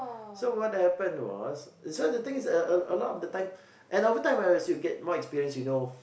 so what happened was so the thing is a a a lot of the time and overtime as you get more experienced you know